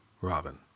Robin